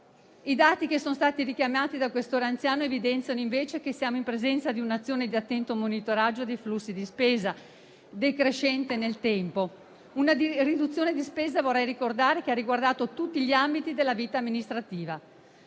I dati che sono stati richiamati dal senatore Questore anziano evidenziano, invece, che siamo in presenza di un'azione di attento monitoraggio dei flussi di spesa, decrescente nel tempo. Vorrei ricordare che la riduzione di spesa ha riguardato tutti gli ambiti della vita amministrativa